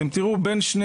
אתם תראו בין שני